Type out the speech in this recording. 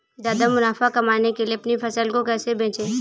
ज्यादा मुनाफा कमाने के लिए अपनी फसल को कैसे बेचें?